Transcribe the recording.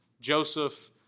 Joseph